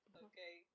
okay